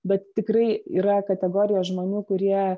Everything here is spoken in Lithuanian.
bet tikrai yra kategorija žmonių kurie